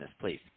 please